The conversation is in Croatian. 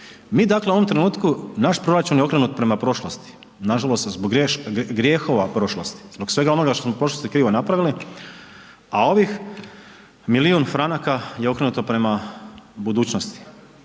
Mi dakle u ovom trenutku, naš proračun je okrenut prema prošlosti, nažalost zbog grijehova prošlosti, zbog svega onoga što smo u prošlosti krivo napravili, a ovih milijun franaka je okrenuto prema budućnosti.